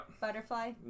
Butterfly